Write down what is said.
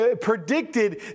predicted